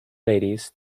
ladies